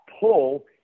pull